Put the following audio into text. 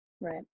Right